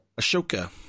Ashoka